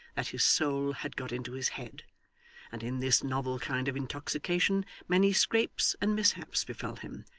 that his soul had got into his head and in this novel kind of intoxication many scrapes and mishaps befell him,